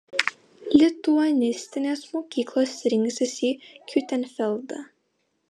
lituanistinės mokyklos rinksis į hiutenfeldą